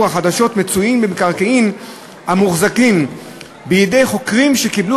החדשות מצויים במקרקעין המוחזקים בידי חוכרים שקיבלו